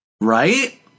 Right